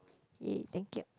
!yay! thank you